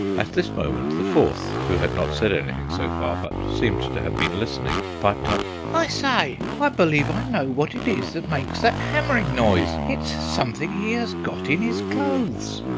at this moment the fourth, who had not said anything so far, but seemed to have been listening, piped up i say! i believe i know what it is that makes that hammering noise it's something he has got in his clothes.